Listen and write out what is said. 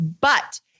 But-